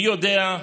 מי יודע,